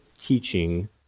teaching